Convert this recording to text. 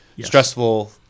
stressful